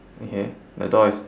okay the door is